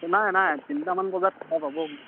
নাই নাই তিনিটামান বজাত খোলা পাব মোক